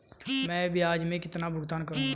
मैं ब्याज में कितना भुगतान करूंगा?